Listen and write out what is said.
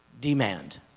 demand